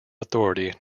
authority